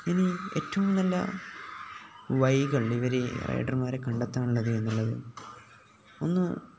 ഇനി ഏറ്റവും നല്ല വഴികൾ ഇവര് റൈഡർമാരെ കണ്ടെത്താനുള്ളത് എന്നുള്ളത് ഒന്ന്